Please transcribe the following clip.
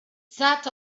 sat